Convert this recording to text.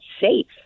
safe